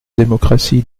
démocratie